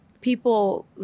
people